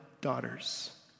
daughters